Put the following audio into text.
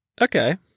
Okay